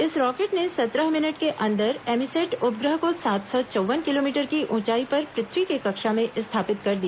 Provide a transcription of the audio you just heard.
इस रॉकेट ने सत्रह मिनट के अंदर एमीसैट उपग्रह को सात सौ चौव्वन किमोमीटर की ऊंचाई पर पृथ्वी की कक्षा में स्थापित कर दिया